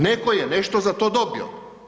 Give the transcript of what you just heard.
Netko je nešto za to dobio.